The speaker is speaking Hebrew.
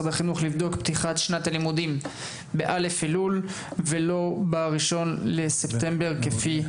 הלימודים ב-א' באלול ולא ב-1 בספטמבר כפי שנפתח כיום.